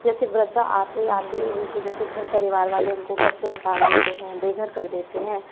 जैसे वृद्ध आते आते उनके जैसे घर परिवार वाले उनको घर से निकाल देते हैं बेघर कर देते हैं